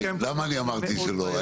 למה אני אמרתי שלא?